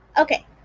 Okay